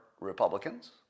Republicans